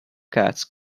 cats